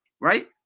right